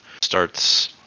Starts